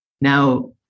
Now